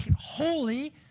holy